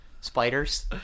Spiders